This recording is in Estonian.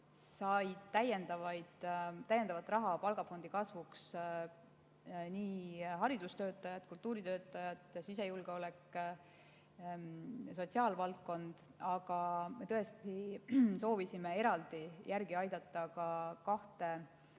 said täiendavat raha palgafondi kasvuks haridustöötajad, kultuuritöötajad, sisejulgeolek ja sotsiaalvaldkond, aga tõesti soovisime eraldi järele aidata ka kahte